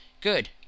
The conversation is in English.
Good